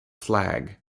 flag